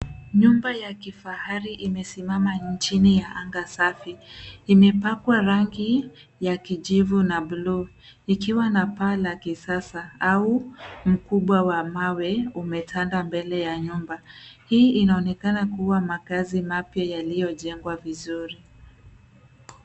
Nyumba ya kifahari imesimama chini ya anga safi. Imepakwa rangi ya kijivu na bluu ikiwa na paa la kisasa au mkubwa wa mawe umetanda mbele ya nyumba. Hii inaonekana kuwa makazi mapya yaliyojengwa vizuri.